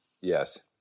Yes